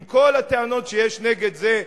עם כל הטענות שיש נגד זה,